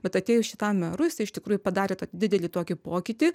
bet atėjus šitam merui jisai iš tikrųjų padarė tą didelį tokį pokytį